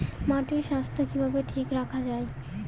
মাটির স্বাস্থ্য কিভাবে ঠিক রাখা যায়?